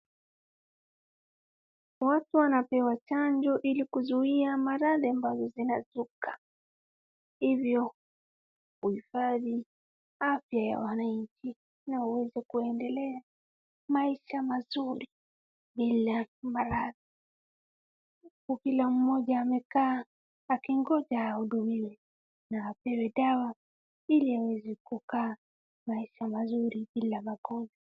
Watu wanapewa chanjo ili kuzuia maradhi ambazo zinazuka hivyo kuhifadhi afya ya wananchi na waweze kuendelea maisha mazuri bila maradhi, huku kila mmoja amekaa akingoja ahudumiwe na apewe dawa ili aweze kukaa maisha mazuri bila magonjwa.